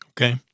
Okay